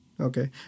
Okay